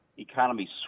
economy